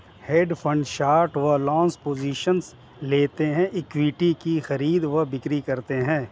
hedge fund short व long positions लेते हैं, इक्विटीज की खरीद व बिक्री करते हैं